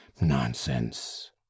nonsense